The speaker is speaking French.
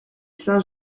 saint